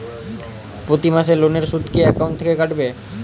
প্রতি মাসে লোনের সুদ কি একাউন্ট থেকে কাটবে?